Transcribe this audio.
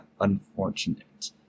Unfortunate